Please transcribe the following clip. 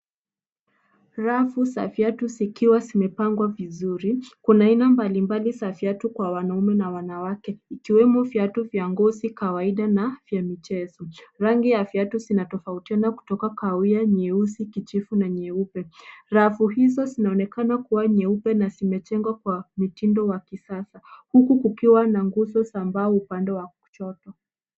Rafu za viatu zikiwa zimepangwa vizuri. Kuna aina mbalimbali za viatu kwa wanaume na wanawake ikiwemo viatu vya ngozi kawaida na vya michezo. Rangi ya viatu zinatofautiana kutoka kahawia, nyeusi, kijivu na nyeupe. Rafu hizo zinaonekana kuwa nyeupe na zimejengwa kwa mtindo wa kisasa huku kukiwa na nguzo sambaa upande wa kushoto.